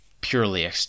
purely